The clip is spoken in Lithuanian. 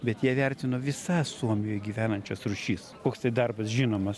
bet jie vertino visas suomijoje gyvenančias rūšis koks tai darbas žinoma